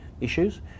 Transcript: issues